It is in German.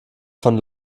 von